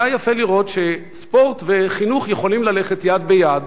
היה יפה לראות שספורט וחינוך יכולים ללכת יד ביד,